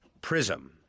prism